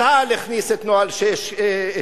צה"ל הכניס את נוהל 6 אצלו,